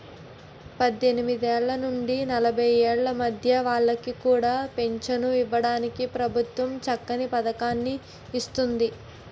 పద్దెనిమిదేళ్ల నుండి నలభై ఏళ్ల మధ్య వాళ్ళకి కూడా పెంచను ఇవ్వడానికి ప్రభుత్వం చక్కని పదకాన్ని ఇస్తోంది